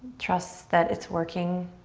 trust that it's working.